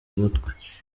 umutwe